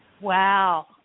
Wow